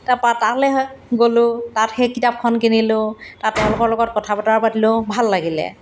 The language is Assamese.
তাৰপৰা তালৈ গ'লো তাত সেই কিতাপখন কিনিলোঁ তাত তেওঁলোকৰ লগত কথা বতৰা পাতিলোঁ ভাল লাগিলে